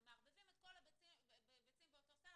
אתם מערבבים את כל הביצים באותו סל,